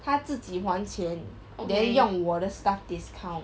他自己还钱 then 用我的 staff discount